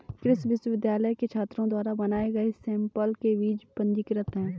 कृषि विश्वविद्यालय के छात्रों द्वारा बनाए गए सैंपल के बीज पंजीकृत हैं